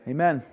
Amen